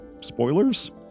Spoilers